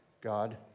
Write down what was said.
God